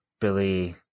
Billy